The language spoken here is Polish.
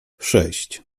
sześć